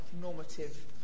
normative